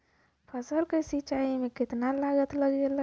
फसल की सिंचाई में कितना लागत लागेला?